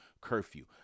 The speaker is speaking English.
curfew